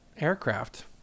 aircraft